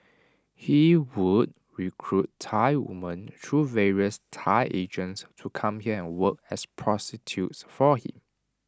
he would recruit Thai women through various Thai agents to come here and work as prostitutes for him